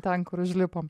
ten kur užlipom